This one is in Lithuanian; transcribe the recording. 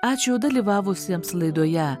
ačiū dalyvavusiems laidoje